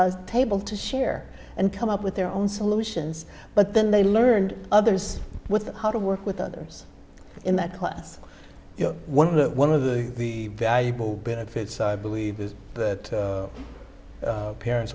skill table to share and come up with their own solutions but then they learned others with how to work with others in that class you know one of the one of the valuable benefits i believe is that parents